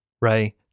Ray